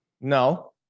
No